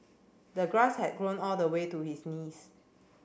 the grass had grown all the way to his knees